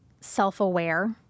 self-aware